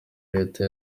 leta